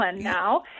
now